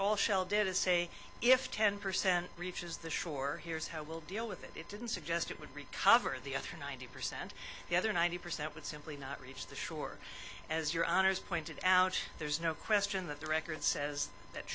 all shell did is say if ten percent reaches the shore here's how we'll deal with it it didn't suggest it would recover the other ninety percent the other ninety percent would simply not reach the shore as your honour's pointed out there's no question that the record says that